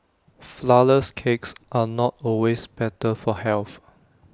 Flourless Cakes are not always better for health